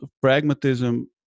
pragmatism